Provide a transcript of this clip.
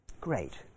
Great